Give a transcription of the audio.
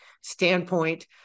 standpoint